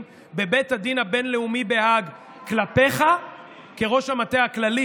בבית הדין הבין-לאומי בהאג כלפיך כראש המטה הכללי